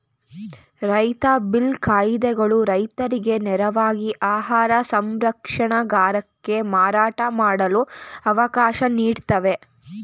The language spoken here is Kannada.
ರೈತ ಬಿಲ್ ಕಾಯಿದೆಗಳು ರೈತರಿಗೆ ನೇರವಾಗಿ ಆಹಾರ ಸಂಸ್ಕರಣಗಾರಕ್ಕೆ ಮಾರಾಟ ಮಾಡಲು ಅವಕಾಶ ನೀಡುತ್ವೆ